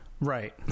Right